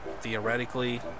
theoretically